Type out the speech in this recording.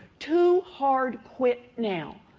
too hard. quit now.